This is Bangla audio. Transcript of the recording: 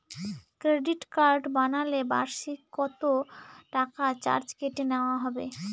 ক্রেডিট কার্ড বানালে বার্ষিক কত টাকা চার্জ কেটে নেওয়া হবে?